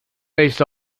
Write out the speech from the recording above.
based